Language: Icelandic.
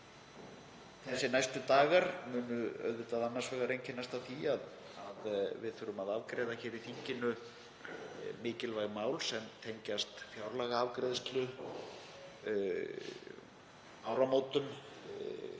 En næstu dagar munu annars vegar einkennast af því að við þurfum að afgreiða í þinginu mikilvæg mál sem tengjast fjárlagaafgreiðslu, áramótum,